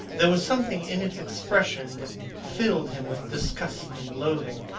there was something in its expression that filled him with disgust and loathing.